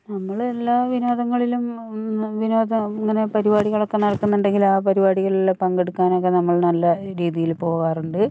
നമ്മൾ എല്ലാ വിനോദങ്ങളിലും വിനോദം ഇങ്ങനെ പരിപാടികളൊക്കെ നടക്കുന്നുണ്ടെങ്കിലും ആ പരിപാടികളിൽ പങ്കെടുക്കാനെക്കെ നമ്മൾ നല്ല രീതിയിൽ പോകാറുണ്ട്